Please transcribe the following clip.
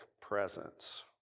presence